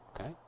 Okay